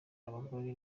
abagore